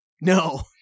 No